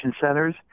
centers